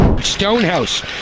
Stonehouse